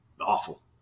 Awful